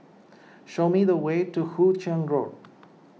show me the way to Hu Ching Road